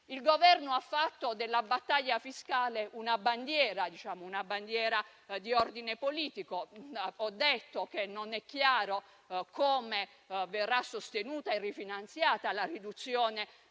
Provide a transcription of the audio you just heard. Il Governo ha fatto della battaglia fiscale una bandiera di ordine politico. Ho detto che non è chiaro come verrà sostenuta e finanziata la riduzione